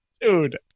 Dude